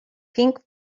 pink